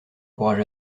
courage